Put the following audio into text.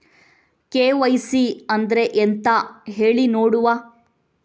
KYC ಅಂದ್ರೆ ಎಂತ ಹೇಳಿ ನೋಡುವ?